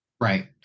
Right